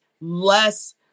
less